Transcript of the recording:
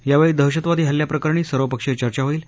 यावेळी दहशतवादी हल्ल्याप्रकरणी सर्वपक्षीय चर्चा होईल